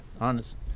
Honest